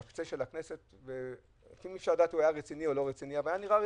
והיה נראה רציני,